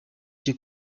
cye